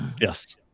Yes